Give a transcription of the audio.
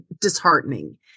disheartening